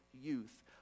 youth